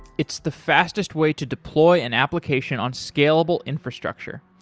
it's the fastest way to deploy an application on scalable infrastructure.